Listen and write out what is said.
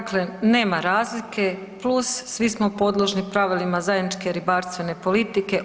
Dakle, nema razlike plus svi smo podložni pravilima zajedničke ribarstvene politike.